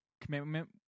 commitment